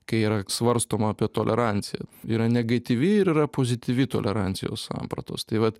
kai yra svarstoma apie toleranciją yra negatyvi ir yra pozityvi tolerancijos sampratos tai vat